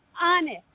honest